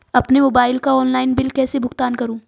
अपने मोबाइल का online bill कैसे भुगतान करूं?